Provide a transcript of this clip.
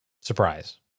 Surprise